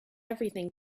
everything